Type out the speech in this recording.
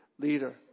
leader